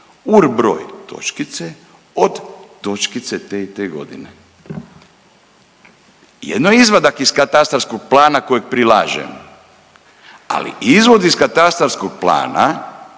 urbroj točkice, od točkice te i te godine. Jedno je izvadak iz katastarskog plana kojeg prilažem, ali izvod iz katastarskog plana